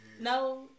No